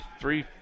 three